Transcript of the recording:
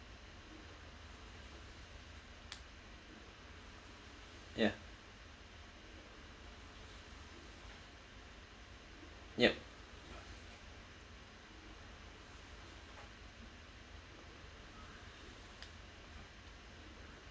ya ya